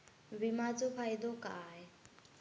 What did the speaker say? विमाचो फायदो काय?